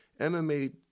MMA